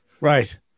Right